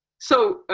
so.